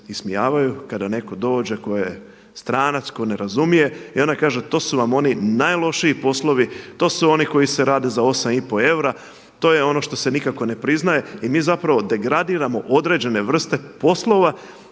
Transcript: kada neko dođe tko je stranac tko ne razumije i onda kaže to su vam oni najlošiji poslovi, to su oni koji se rade za 8,5 eura, to je ono što se nikako ne priznaje i mi zapravo degradiramo određene vrste poslova